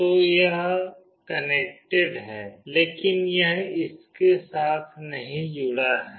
तो यह कनेक्टेड है लेकिन यह इस के साथ नहीं जुड़ा है